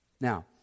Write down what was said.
Now